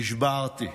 נשברתי,